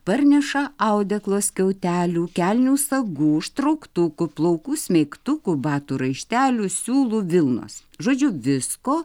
parneša audeklo skiautelių kelnių sagų užtrauktukų plaukų smeigtukų batų raištelių siūlų vilnos žodžiu visko